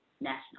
national